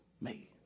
made